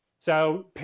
so,